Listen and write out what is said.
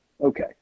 Okay